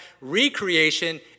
recreation